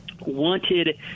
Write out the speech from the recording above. wanted